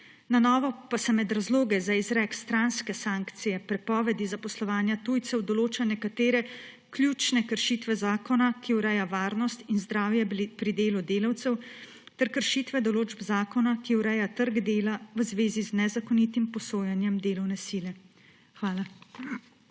Na novo pa se med razloge za izrek stranske sankcije, prepovedi zaposlovanja tujcev, določajo nekatere ključne kršitve zakona, ki ureja varnost in zdravje pri delu delavcev, ter kršitve določb zakona, ki ureja trg dela, v zvezi z nezakonitim posojanjem delovne sile. Hvala.